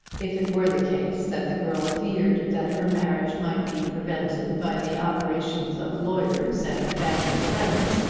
if it were the case that the girl feared that her marriage might be prevented by the operations of lawyers and family friends,